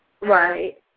Right